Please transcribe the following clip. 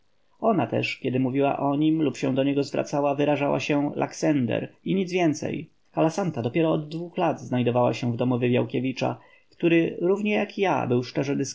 ona też kiedy mówiła o nim lub się do niego zwracała wyrażała się laksender i nic więcej kalasanta dopiero od dwóch lat znajdowała się w domu wywiałkiewicza który równie jak ja był szczerze